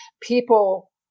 people